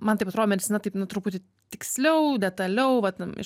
man taip atrodo medicina taip nu truputį tiksliau detaliau vat iš